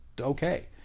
okay